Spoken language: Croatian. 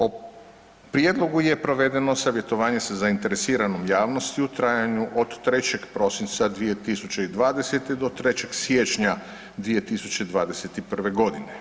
O prijedlogu je provedeno savjetovanje sa zainteresiranom javnosti u trajanju od 3. prosinca 2020. do 3. siječnja 2021.g.